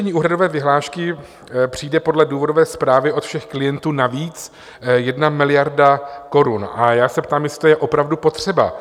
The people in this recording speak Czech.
Při navýšení úhradové vyhlášky přijde podle důvodové zprávy od všech klientů navíc 1 miliarda korun a já se ptám, jestli je to opravdu potřeba.